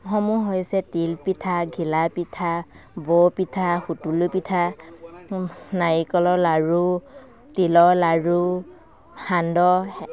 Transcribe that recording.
সমূহ হৈছে তিল পিঠা ঘিলা পিঠা বৰ পিঠা সুতুলি পিঠা নাৰিকলৰ লাড়ু তিলৰ লাড়ু সান্দহ